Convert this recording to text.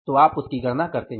तो आप उसकी गणना करते हैं